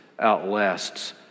outlasts